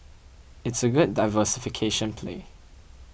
it's a good diversification play